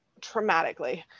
traumatically